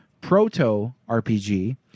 proto-RPG